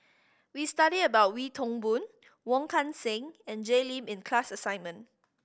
we studied about Wee Toon Boon Wong Kan Seng and Jay Lim in the class assignment